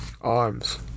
arms